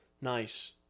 Nice